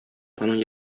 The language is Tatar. аның